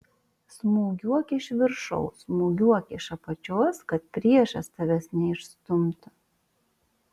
smūgiuok iš viršaus smūgiuok iš apačios kad priešas tavęs neišstumtų